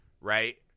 right